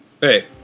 Hey